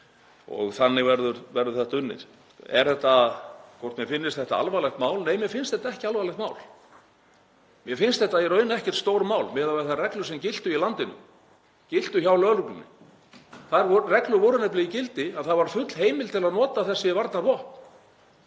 og þannig verður þetta unnið. Hvort mér finnist þetta alvarlegt mál? Nei, mér finnst þetta ekki alvarlegt mál. Mér finnst þetta í raun ekkert stórmál miðað við þær reglur sem giltu í landinu, giltu hjá lögreglunni. Þær reglur voru nefnilega í gildi að það var full heimild til að nota þessi varnarvopn.